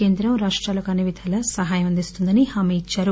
కేంద్రం రాష్టాలకు అన్నీ విధాలా సహాయం అందిస్తుందని హామీ ఇచ్చారు